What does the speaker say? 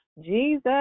Jesus